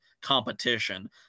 competition